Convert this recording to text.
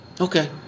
Okay